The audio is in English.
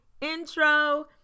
intro